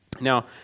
Now